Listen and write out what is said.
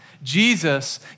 Jesus